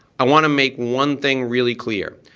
i wanna make one thing really clear.